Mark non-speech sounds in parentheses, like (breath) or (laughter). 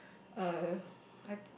uh I (breath)